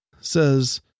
says